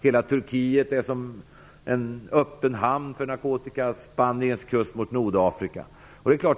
Hela Turkiet är som en öppen hamn för narkotikahandel, likaså Spaniens kust mot Nordafrika.